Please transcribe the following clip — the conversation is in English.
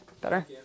better